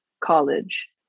college